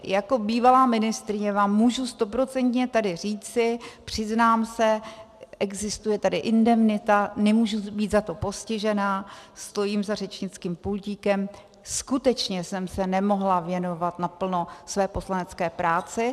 Jako bývalá ministryně vám tady můžu stoprocentně říci, přiznám se, existuje tady indemnita, nemůžu být za to postižena, stojím za řečnickým pultíkem, skutečně jsem se nemohla věnovat naplno své poslanecké práci.